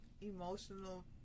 emotional